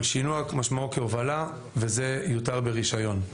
אבל שינוע משמעו כהובלה וזה יותר ברישיון.